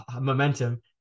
momentum